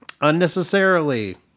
unnecessarily